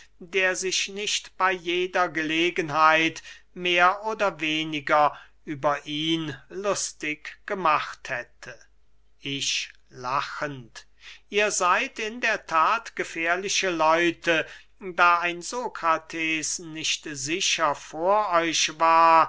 der sich nicht bey jeder gelegenheit mehr oder weniger über ihn lustig gemacht hätte ich lachend ihr seyd in der that gefährliche leute da ein sokrates nicht sicher vor euch war